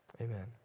Amen